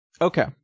Okay